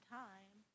time